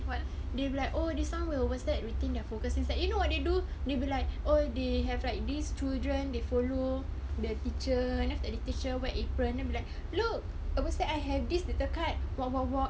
they would be like oh this [one] will what's that retain their focus things like you know what they do they'll like oh they have like these children they follow the teacher and then after that they teach her wear apron and I'll be like look err what's that I have this little card walk walk walk